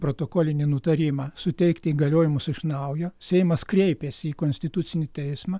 protokolinį nutarimą suteikti įgaliojimus iš naujo seimas kreipėsi į konstitucinį teismą